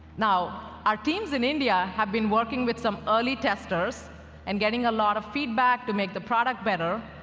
now, our teams in india have been working with some early testers and getting a lot of feedback to make the product better.